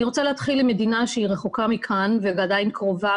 אני רוצה להתחיל עם מדינה שהיא רחוקה מכאן ועדיין קרובה,